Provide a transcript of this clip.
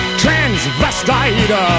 transvestite